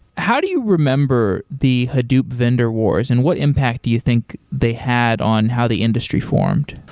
how do you remember the hadoop vendor wars, and what impact do you think they had on how the industry formed?